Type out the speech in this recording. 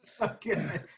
Okay